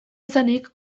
izanik